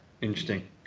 Interesting